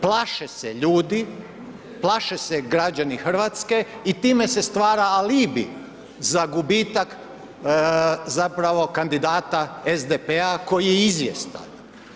Plaše se ljudi, plaše se građani Hrvatske i time se stvara alibi za gubitak zapravo kandidata SDP-a koji je izvjestan.